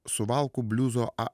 suvalkų bliuzo